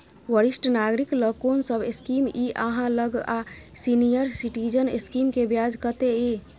वरिष्ठ नागरिक ल कोन सब स्कीम इ आहाँ लग आ सीनियर सिटीजन स्कीम के ब्याज कत्ते इ?